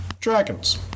Dragons